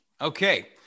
okay